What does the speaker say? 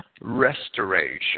restoration